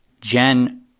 Jen